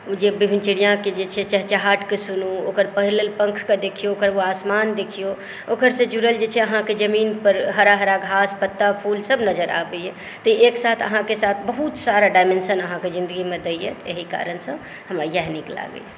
जे विभिन्न चिड़ियाके जे छै चहचाहटकेँ सुनू ओकर फैलल पंखकेँ देखियौ ओकर ओ आसमान देखियौ ओकरसँ जुड़ल जे छै अहाँकेँ जमीन पर हरा हरा घास पत्ता फूल सब नजर आबैया तैं एकसाथ अहाँकेँ बहुत सारा डायमेंशन अहाँकेॅं जिन्दगीमे दैया तऽ एहि कारणसँ हमरा इएह नीक लागैया